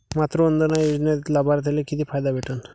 मातृवंदना योजनेत लाभार्थ्याले किती फायदा भेटन?